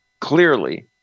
clearly